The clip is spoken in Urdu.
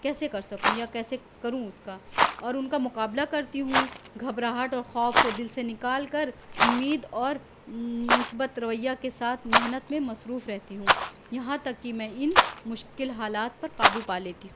کیسے کر سکوں یا کیسے کروں اس کا اور ان کا مقابلہ کرتی ہوں گھبراہٹ اور خوف کو دل سے نکال کر امید اور مثبت رویہ کے ساتھ محنت میں مصروف رہتی ہوں یہاں تک کہ میں ان مشكل حالات پر قابو پا لیتی ہوں